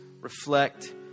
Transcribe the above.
reflect